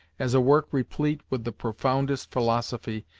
as a work replete with the profoundest philosophy,